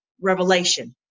Revelation